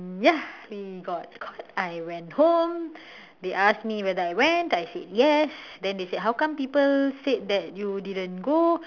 ya we got caught I went home they asked me whether I went I said yes then they said how come people say that you didn't go